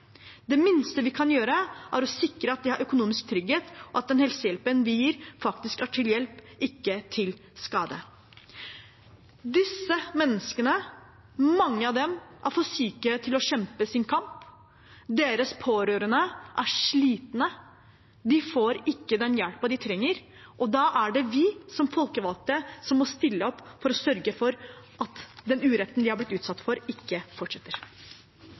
Det minste vi kan gjøre, er å sikre at de har økonomisk trygghet, og at den helsehjelpen vi gir, faktisk er til hjelp, ikke til skade. Disse menneskene – mange av dem – er for syke til å kjempe sin kamp. Deres pårørende er slitne. De får ikke den hjelpen de trenger, og da er det vi som folkevalgte som må stille opp for å sørge for at den uretten de har blitt utsatt for, ikke fortsetter.